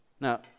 Now